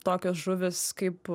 tokios žuvys kaip